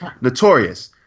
Notorious